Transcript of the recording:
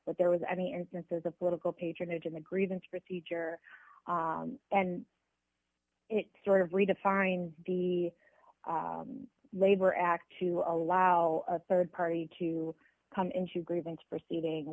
but there was any instances of political patronage in the grievance procedure and it sort of redefined the labor act to allow a rd party to come into grievance proceeding